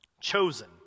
Chosen